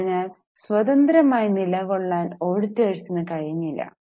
അതിനാൽ സ്വതന്ത്രമായി നിലകൊള്ളാൻ ഓഡിറ്റോറിസിന് കഴിഞ്ഞില്ല